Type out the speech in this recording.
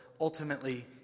ultimately